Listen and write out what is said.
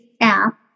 app